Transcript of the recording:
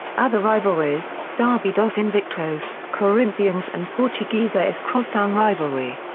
other rivalries derby dos invictos, corinthians and portuguesa is crosstown rivalry.